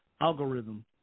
Algorithm